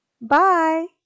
Bye